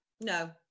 no